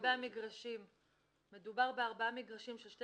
לגבי המגרשים - מדובר בארבעה מגרשים של שתי